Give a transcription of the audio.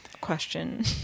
question